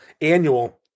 annual